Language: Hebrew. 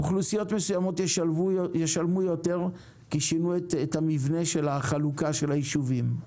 אוכלוסיות מסוימות ישלמו יותר כי שינו את המבנה של החלוקה של היישובים.